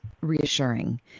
reassuring